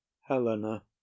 helena